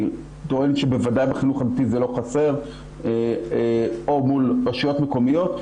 אני טוען שבוודאי בחינוך הממלכתי זה לא חסר או מול רשויות מקומיות,